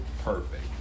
perfect